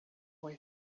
way